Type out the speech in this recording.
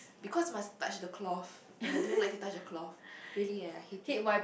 because must touch the cloth and I don't like to touch the cloth really eh I hate it